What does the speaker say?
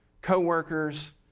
coworkers